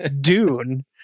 Dune